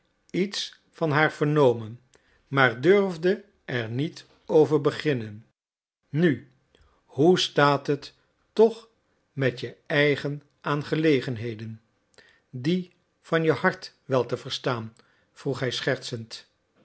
iets van haar vernomen maar durfde er niet over beginnen nu hoe staat het toch met je eigen aangelegenheden die van je hart wel te verstaan vroeg hij schertsend